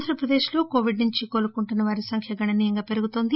ఆంధ్రప్రదేశ్లో కోవిడ్ నుంచి కోలుకుంటున్న వారి సంఖ్య గణనీయంగా పెరుగుతోంది